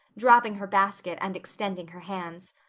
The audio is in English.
dropping her basket and extending her hands.